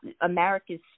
America's